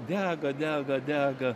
dega dega dega